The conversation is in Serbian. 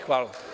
Hvala.